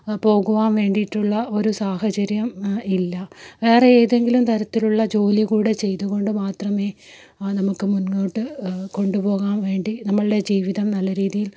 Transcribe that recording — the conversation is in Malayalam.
പോകുവാൻ വേണ്ടിയിട്ടുള്ള ഒരു സാഹചര്യം ഇല്ല വേറെ ഏതെങ്കിലും തരത്തിലുള്ള ജോലി കൂടെ ചെയ്തുകൊണ്ട് മാത്രമേ നമുക്ക് മുന്നോട്ട് കൊണ്ടുപോകാൻ വേണ്ടി നമ്മളുടെ ജീവിതം നല്ല രീതിയിൽ